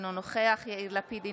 אינו נוכח יאיר לפיד,